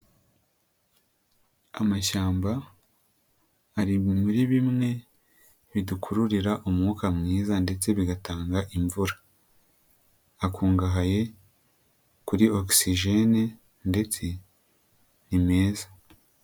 Amashyamba ari muri bimwe bidukururira umwuka mwiza ndetse bigatanga imvura, akungahaye kuri ogisigene ndetse nimeza.